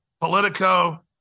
politico